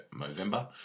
Movember